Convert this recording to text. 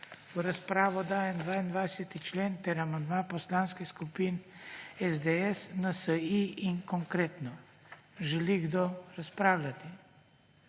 V razpravo dajem 24. člen ter amandma poslanskih skupin SDS, NSi in Konkretno. Želi kdo razpravljati?